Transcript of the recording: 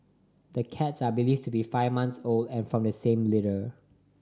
the cats are believed to be five months old and from the same litter